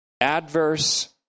adverse